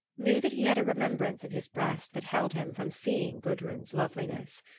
knew that he had a remembrance in his breast that held him from seeing gudrun's loveliness.